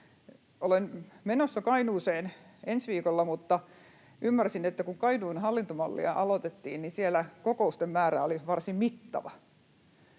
Olen menossa Kainuuseen ensi viikolla, mutta ymmärsin, että kun Kainuun hallintomallia aloitettiin, niin siellä kokousten määrä oli varsin mittava.